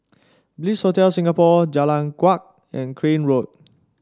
Bliss Hotel Singapore Jalan Kuak and Crane Road